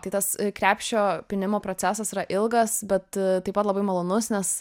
tai tas krepšio pynimo procesas yra ilgas bet taip pat labai malonus nes